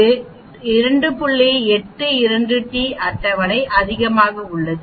82 D அட்டவணை அதிகமாக உள்ளது